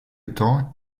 temps